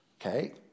Okay